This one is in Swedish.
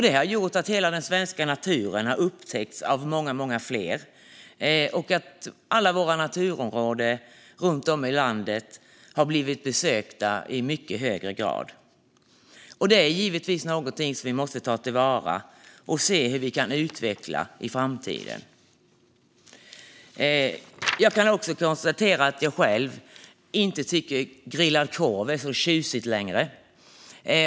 Det har gjort att hela den svenska naturen har upptäckts av många fler och att alla våra naturområden runt om i landet har blivit besökta i mycket högre grad. Det är givetvis något som vi måste ta vara på och utveckla i framtiden. Jag kan också konstatera att jag själv inte tycker att grillad korv är så tjusigt längre.